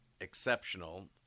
exceptional